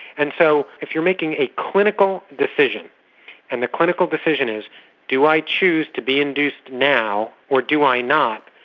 and so if you're making a clinical decision and the clinical decision is do i choose to be induced now or do i not,